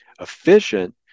Efficient